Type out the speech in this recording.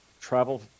travel